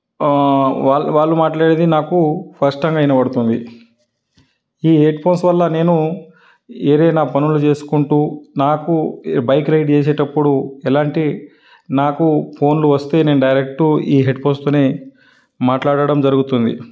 వాళ్ళు వాళ్ళు మాట్లాడేది నాకు స్పష్టంగా వినపడుతుంది ఈ హెడ్ఫోన్సు వల్ల నేను ఏదన్న పనులు చేసుకుంటు నాకు బైక్ రైడ్ చేసేటప్పుడు ఎలాంటి నాకు ఫోన్లు వస్తే నేను డైరెక్టు ఈ హెడ్ఫోన్సుతో మాట్లాడడం జరుగుతుంది